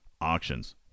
Auctions